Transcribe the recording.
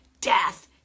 death